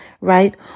Right